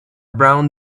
brown